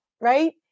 Right